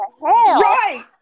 Right